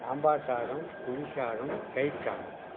சாம்பார் சாதம் புளி சாதம் தயிர் சாதம்